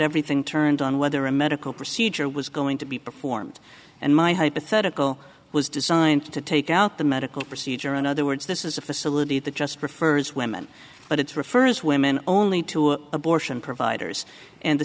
everything turns on whether a medical procedure was going to be performed and my hypothetical was designed to take out the medical procedure in other words this is a facility that just prefers women but it's refers women only to abortion providers and the